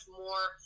more